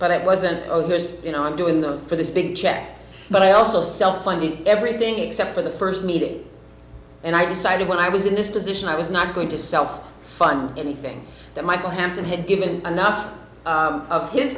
but it wasn't oh there's you know i'm doing the for this big check but i also sell funding everything except for the first meeting and i decided when i was in this was and i was not going to self fund anything that michael hampton had given enough of his